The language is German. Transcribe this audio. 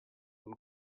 und